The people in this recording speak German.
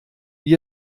wie